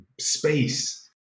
space